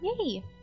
Yay